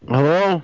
Hello